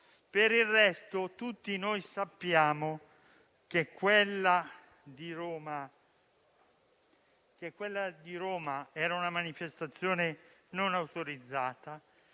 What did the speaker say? Per il resto, tutti noi sappiamo che quella di Roma era una manifestazione non autorizzata